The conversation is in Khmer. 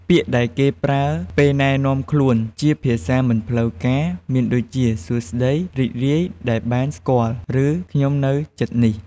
ពាក្យដែលគេប្រើពេលណែនាំខ្លួនជាភាសាមិនផ្លូវការមានដូចជា សួស្ដី រីករាយដែលបានស្គាល់ ឬ ខ្ញុំនៅជិតនេះ។